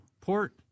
Port